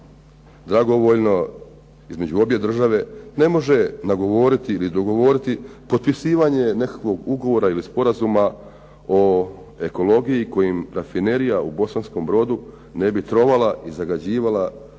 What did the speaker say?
dragovoljno između obje države ne može nagovoriti ili dogovoriti potpisivanje nekakvog ugovora ili sporazuma o ekologiji kojim rafinerija u Bosanskom Brodu ne bi trovala i zagađivala